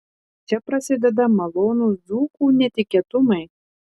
čia prasideda malonūs dzūkų netikėtumai